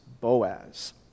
Boaz